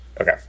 Okay